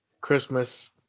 Christmas